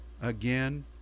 again